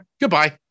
goodbye